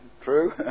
true